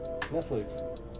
Netflix